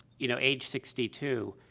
you know, age sixty two,